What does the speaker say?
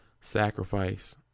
sacrifice